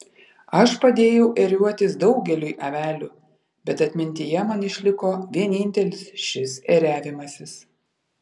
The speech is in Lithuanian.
aš padėjau ėriuotis daugeliui avelių bet atmintyje man išliko vienintelis šis ėriavimasis